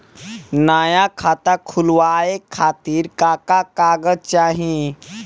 नया खाता खुलवाए खातिर का का कागज चाहीं?